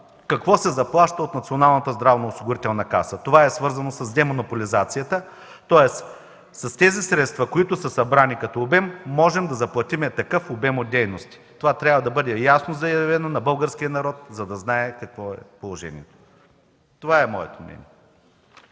какво се заплаща от Националната здравноосигурителна каса. Това е свързано с демонополизацията. Тоест с тези средства, които са събрани като обем, можем да заплатим такъв обем от дейности. Това трябва да бъде ясно заявено на българския народ, за да знае какво е положението. Това е моето мнение.